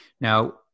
Now